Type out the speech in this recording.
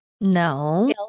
No